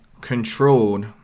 controlled